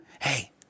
hey